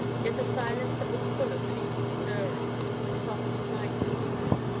yet a silence that was full of leafy stirrings, soft night noises,